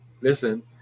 listen